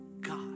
God